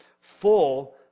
full